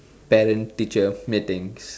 parent teacher meetings